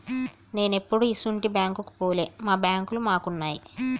నేనెప్పుడూ ఇసుంటి బాంకుకు పోలే, మా బాంకులు మాకున్నయ్